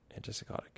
antipsychotic